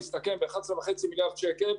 ב-2019 מסתכם ב-11.5 מיליארד שקל,